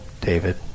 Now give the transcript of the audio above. David